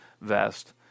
vest